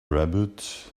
rabbit